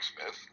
Smith